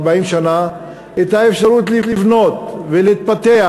40 שנה את האפשרות לבנות ולהתפתח,